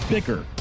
Bicker